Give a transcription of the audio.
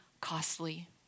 costly